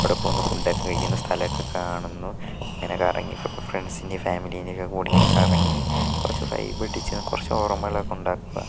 അവിടെ പോകുന്നു ഫുഡ് ഒക്കെ കഴിക്കുന്നു സ്ഥലമൊക്കെ കാണുന്നു ഇങ്ങനെ കറങ്ങി ഫ്രണ്ട്സിൻ്റെ ഫാമിലിയുടെ കൂടെ ഇങ്ങനെ കറങ്ങി കുറച്ചു വൈബ് അടിച്ച് കുറച്ച് ഓർമ്മകളൊക്കെ ഉണ്ടാക്കുക